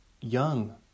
young